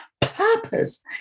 Purpose